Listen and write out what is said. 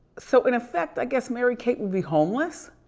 so, in effect, i guess mary-kate will be homeless.